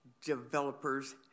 developers